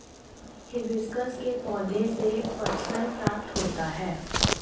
hibiscus के पौधे से पटसन प्राप्त होता है